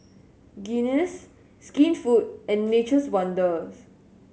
Guinness Skinfood and Nature's Wonders